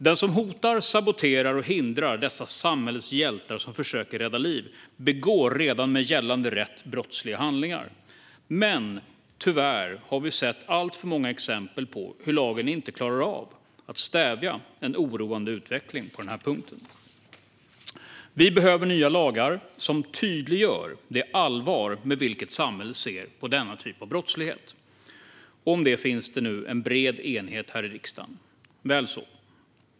Den som hotar, saboterar och hindrar dessa samhällets hjältar som försöker rädda liv begår redan med gällande rätt brottsliga handlingar. Men tyvärr har vi sett alltför många exempel på hur lagen inte klarar av att stävja en oroande utveckling på den här punkten. Vi behöver nya lagar som tydliggör det allvar med vilket samhället ser på denna typ av brottslighet. Om detta finns det nu en bred enighet här i riksdagen - väl så.